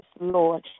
Lord